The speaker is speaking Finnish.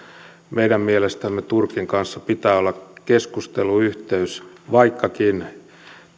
meidän mielestämme turkin kanssa pitää olla keskusteluyhteys vaikkakin